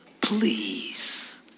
Please